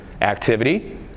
Activity